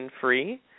free